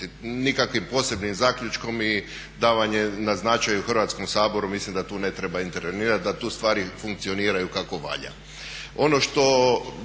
nikakvim posebnim zaključkom i davanjem na značaju Hrvatskom saboru. Mislim da tu ne treba intervenirati, da tu stvari funkcioniraju kako valja. Ono drugo